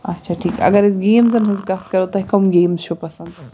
آچھا ٹھیٖک اگر أسۍ گیمٕزَن ہنٛز کَتھ کَرو تۄہہِ کٕم گیمٕز چھُو پسنٛد